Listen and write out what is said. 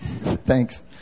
Thanks